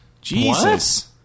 Jesus